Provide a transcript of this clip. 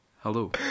Hello